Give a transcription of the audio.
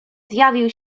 zjawił